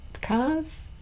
cars